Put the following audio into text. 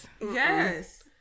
yes